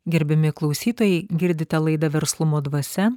gerbiami klausytojai girdite laidą verslumo dvasia